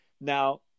Now